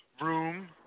room